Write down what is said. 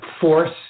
force